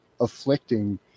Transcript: Afflicting